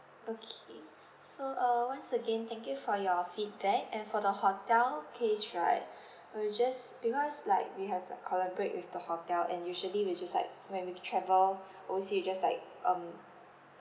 okay so uh once again thank you for your feedback and for the hotel case right we will just because like we have like collaborate with the hotel and usually we just like when we travel oversea we just like um